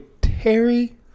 terry